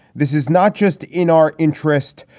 this is not just in our interest,